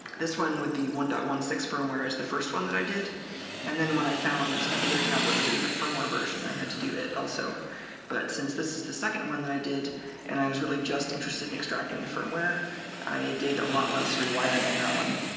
this one with the one point one six firmware is the first one that i did and then when i found another tablet with a different firmware version i had to do it also but since this is the second one i did and i was really just interested in extracting the firmware i did a lot less rewiring on that one